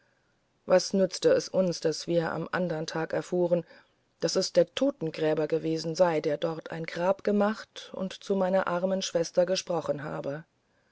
was nützte es uns daß wir am andern tage erfuhren daß es der totengräber gewesen sei der dort ein grab gemacht und zu meiner armen schwester gesprochen habe